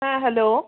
হ্যাঁ হ্যালো